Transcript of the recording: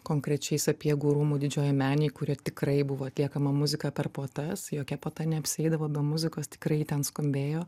konkrečiai sapiegų rūmų didžiojoj menėj kurioj tikrai buvo atliekama muzika per puotas jokia puota neapsieidavo be muzikos tikrai ten skambėjo